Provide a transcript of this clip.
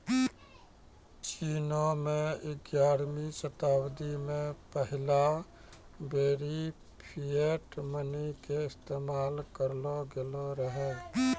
चीनो मे ग्यारहवीं शताब्दी मे पहिला बेरी फिएट मनी के इस्तेमाल करलो गेलो रहै